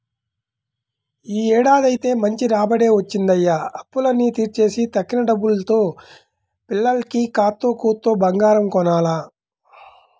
యీ ఏడాదైతే మంచి రాబడే వచ్చిందయ్య, అప్పులన్నీ తీర్చేసి తక్కిన డబ్బుల్తో పిల్లకి కాత్తో కూత్తో బంగారం కొనాల